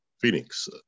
Phoenix